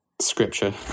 scripture